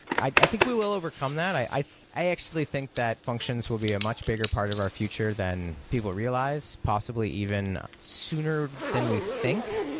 i i think we will overcome that. i i actually think that functions will be a much bigger part of our future than people realize, possibly even sooner than we think.